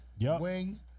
Wing